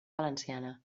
valenciana